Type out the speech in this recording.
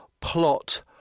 plot